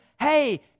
hey